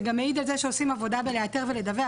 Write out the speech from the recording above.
זה מעיד גם על זה שעושים עבודה בלאתר ולדווח,